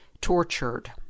tortured